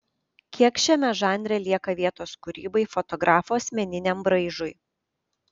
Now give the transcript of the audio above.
kiek šiame žanre lieka vietos kūrybai fotografo asmeniniam braižui